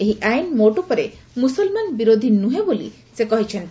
ଏହି ଆଇନ ମୋଟ ଉପରେ ମୁସଲମାନ ବିରୋଧି ନୁହେଁ ବୋଲି ସେ କହିଚ୍ଚନ୍ତି